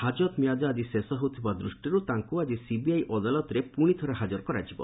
ହାକତ ମିଆଦ ଆଜି ଶେଷ ହେଉଥିବା ଦୃଷ୍ଟିରୁ ତାଙ୍କୁ ଆଜି ସିବିଆଇ ଅଦାଲତରେ ପୁଣିଥରେ ହାଜର କରାଯିବ